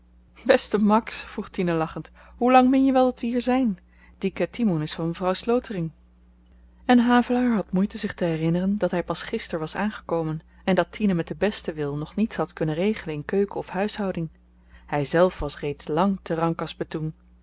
beste max vroeg tine lachend hoe lang meen je wel dat we hier zyn die ketimon is van mevrouw slotering en havelaar had moeite zich te herinneren dat hy pas gister was aangekomen en dat tine met den besten wil nog niets had kunnen regelen in keuken of huishouding hyzelf was reeds lang